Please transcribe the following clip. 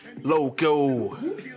Loco